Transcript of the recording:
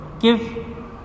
Give